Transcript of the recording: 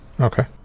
Okay